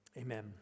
Amen